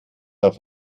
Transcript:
auf